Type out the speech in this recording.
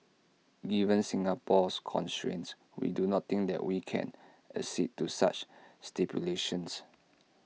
given Singapore's constraints we do not think that we can accede to such stipulations